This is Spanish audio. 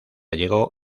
llegó